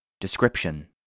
Description